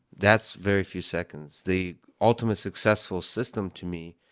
that's very few seconds. the ultimate successful system to me,